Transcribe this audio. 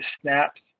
snaps